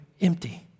empty